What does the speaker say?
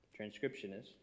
transcriptionist